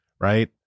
right